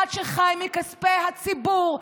אחד שחי מכספי הציבור,